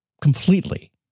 completely